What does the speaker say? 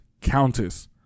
countess